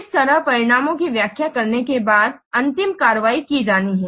इस तरह परिणामों की व्याख्या करने के बाद अंतिम कार्रवाई की जानी है